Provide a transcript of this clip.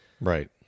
Right